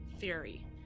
theory